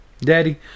Daddy